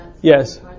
Yes